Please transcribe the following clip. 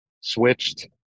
switched